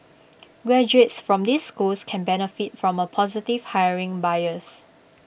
graduates from these schools can benefit from A positive hiring bias